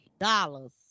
dollars